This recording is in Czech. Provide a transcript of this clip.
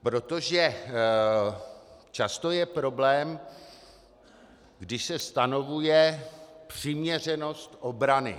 Protože často je problém, když se stanovuje přiměřenost obrany.